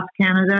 Canada